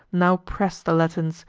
now press the latins,